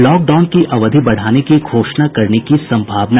lockdown की अवधि बढ़ाने की घोषणा करने की संभावना